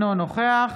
אינו נוכח